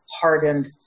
hardened